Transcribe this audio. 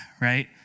right